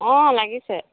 অ' লাগিছে